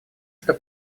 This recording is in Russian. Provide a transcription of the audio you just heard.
что